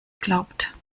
glaubt